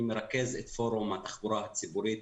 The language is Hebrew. אני מרכז את פורום התחבורה הציבורית